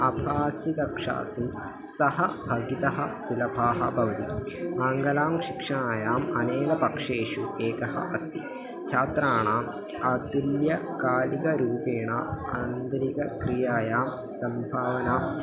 आभासीकक्षासु सहभागः सुलभः भवति आङ्गलशिक्षायाम् अनेकपक्षेषु एकः अस्ति छात्राणाम् अतुल्यकालिकरूपेण आन्तरिकक्रियायां सम्भावना